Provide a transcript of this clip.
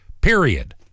period